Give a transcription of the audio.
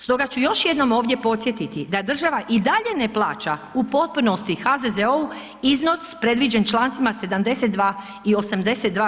Stoga ću još jednom ovdje podsjetiti da država i dalje ne plaća u potpunosti HZZO-u iznos predviđen člancima 72. i 82.